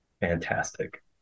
Fantastic